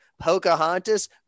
pocahontas